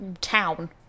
town